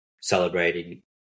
celebrating